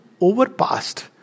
overpassed